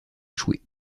échoué